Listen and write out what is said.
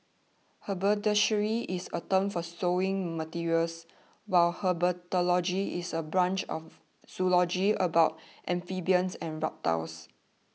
haberdashery is a term for sewing materials while herpetology is a branch of zoology about amphibians and reptiles